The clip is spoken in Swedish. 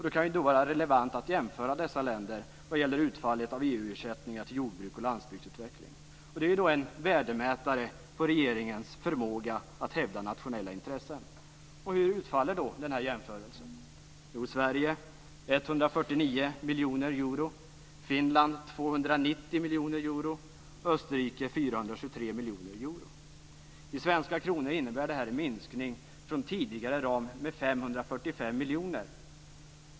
Det kan då vara relevant att jämföra dessa länder vad gäller utfallet av EU-ersättningar till jordbruk och landsbygdsutveckling. Det är en värdemätare på regeringens förmåga att hävda nationella intressen. Hur utfaller jämförelsen? Jo, Sverige får 149 miljoner euro, Finland 290 miljoner euro, Österrike 423 miljoner euro. I svenska kronor innebär det här en minskning från tidigare ram med 545 miljoner.